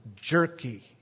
jerky